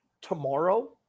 tomorrow